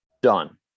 Done